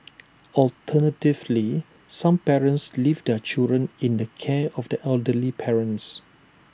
alternatively some parents leave their children in the care of their elderly parents